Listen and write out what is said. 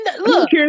look